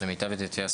למיטב ידיעתי,